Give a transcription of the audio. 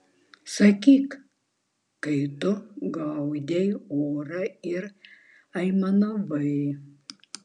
sakyk kai tu gaudei orą ir aimanavai